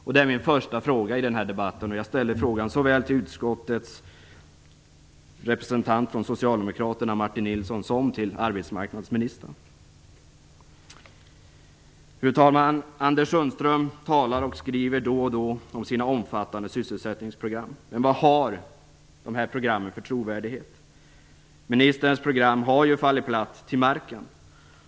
Detta är min första fråga i den här debatten. Jag ställer frågan till såväl utskottets socialdemokratiska representant Martin Nilsson som arbetsmarknadsministern. Fru talman! Anders Sundström talar och skriver då och då om sina omfattande sysselsättningsprogram. Men vad har dessa program för trovärdighet? Ministerns program har ju fallit platt till marken.